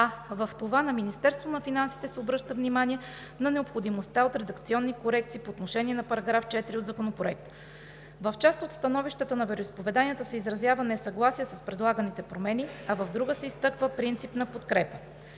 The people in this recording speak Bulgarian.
а в това на Министерството на финансите се обръща внимание на необходимостта от редакционни корекции по отношение на § 4 от Законопроекта. В част от становищата на вероизповеданията се изразява несъгласие с предлаганите промени, а в друга се изтъква принципна подкрепа.